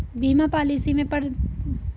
बीमा पॉलिसी में प्रतियोगात्मक अवधि क्या है?